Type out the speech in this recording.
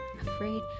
Afraid